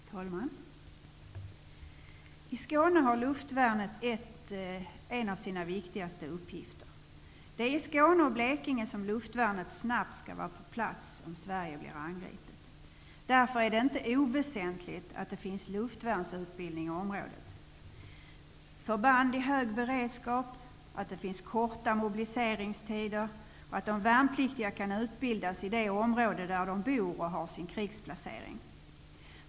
Herr talman! I Skåne har luftvärnet en av sina viktigaste uppgifter. Det är i Skåne och Blekinge som luftvärnet snabbt skall vara på plats om Sverige blir angripet. Därför är det inte oväsentligt att det finns luftvärnsutbildning i området. Där måste finnas förband i hög beredskap och korta mobiliseringstider. De värnpliktiga skall kunna utbildas i det område där de bor och har sin krigsplacering.